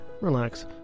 relax